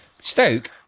Stoke